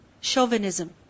chauvinism